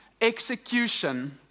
execution